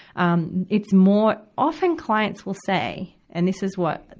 um it's more often clients will say and this is what,